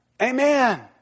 Amen